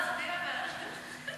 היה לך נאום פיצוץ.